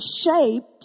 shaped